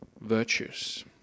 virtues